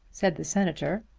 said the senator.